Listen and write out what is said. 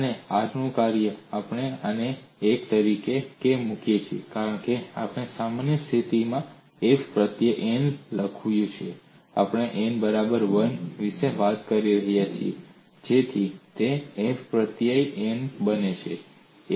અને r નું કાર્ય આપણે આને 1 તરીકે કેમ મૂકીએ છીએ કારણ કે આપણે સામાન્ય સ્થિતિ f પ્રત્યય n માં પણ લખ્યું છે હવે આપણે n બરાબર 1 વિશે વાત કરી રહ્યા છીએ જેથી તે f પ્રત્યય 1 બની જાય